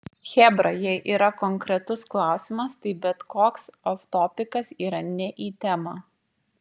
chebra jei yra konkretus klausimas tai bet koks oftopikas yra ne į temą